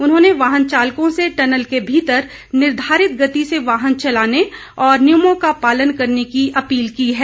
उन्होंने वाहन चालकों से टनल के भीतर निर्धारित गति से वाहन चलाने और नियमों का पालन करने की अपील की है